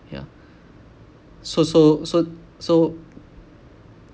ya so so so so